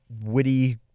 witty